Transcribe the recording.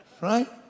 Right